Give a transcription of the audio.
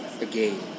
again